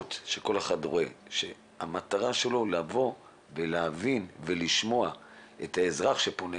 השליחות שכל אחד רואה כאשר המטרה שלו היא להבין ולשמוע את האזרח שפונה